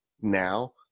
now